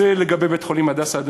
זה לגבי בית-חולים "הדסה".